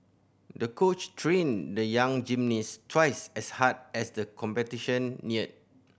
the coach trained the young gymnast twice as hard as the competition neared